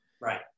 Right